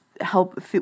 help